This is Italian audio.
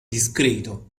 discreto